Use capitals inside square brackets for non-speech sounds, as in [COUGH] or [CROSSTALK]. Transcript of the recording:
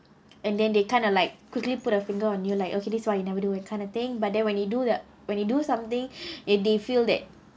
and then they kind of like quickly put a finger on you like okay this one you never do that kind of thing but then when you do the when you do something [BREATH] and they feel that